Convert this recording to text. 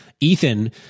Ethan